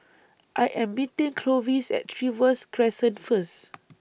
I Am meeting Clovis At Trevose Crescent First